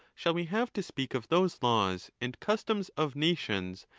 shall we have to speak of those laws and customs of nations,